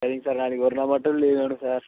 சரிங்க சார் நாளைக்கு ஒரு நாள் மட்டும் லீவ் வேணும் சார்